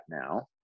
now